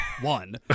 one